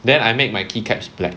then I make my key caps black